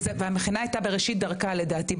והמכינה הייתה בראשית דרכה לדעתי,